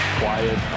quiet